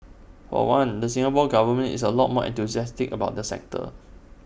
for one the Singapore Government is A lot more enthusiastic about the sector